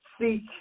Seek